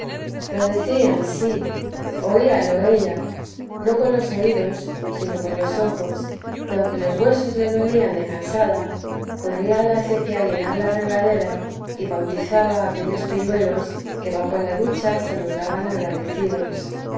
lo decían sí oíalo ella no con los oídos sino con los ojos y aunque los huesos le dolían de cansada corría a la acequia a llenar la regadera y bautizaba a aquellos pilluelos que bajo la ducha saludaban agradecidos